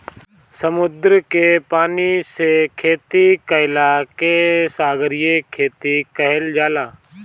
समुंदर के पानी से खेती कईला के सागरीय खेती कहल जाला